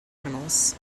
animals